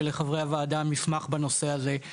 ולחברי הוועדה מסמך בנושא הזה.